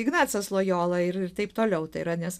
ignacas lojola ir taip toliau tai yra nes